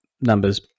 numbers